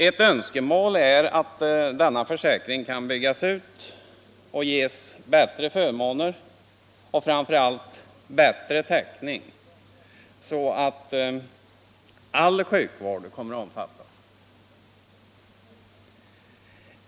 Ett önskemål är att denna försäkring kan byggas ut och ge bättre förmåner och framför allt en bättre täckning så att all sjukvård kommer att omfattas.